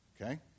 okay